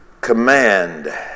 command